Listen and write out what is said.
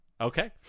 Okay